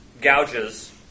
gouges